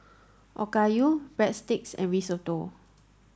Okayu Breadsticks and Risotto